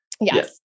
yes